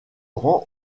rend